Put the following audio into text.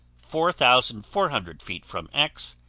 four thousand four hundred feet from x,